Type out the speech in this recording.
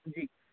جی